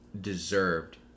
deserved